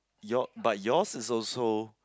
your but yours is also